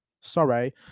sorry